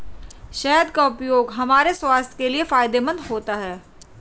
शहद का उपयोग हमारे स्वास्थ्य के लिए फायदेमंद होता है